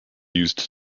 used